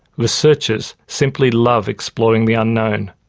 researchers simply love exploring the unknown.